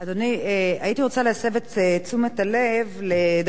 הייתי רוצה להסב את תשומת הלב לדבר נוסף,